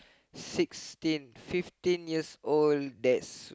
sixteen fifteen years old that's